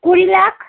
কুড়ি লাখ